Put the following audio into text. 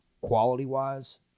quality-wise